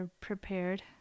prepared